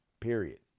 period